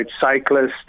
cyclists